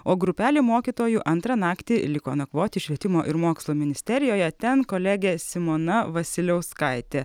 o grupelė mokytojų antrą naktį liko nakvoti švietimo ir mokslo ministerijoje ten kolegė simona vasiliauskaitė